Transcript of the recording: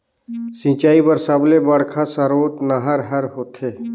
सिंचई बर सबले बड़का सरोत नहर ह होथे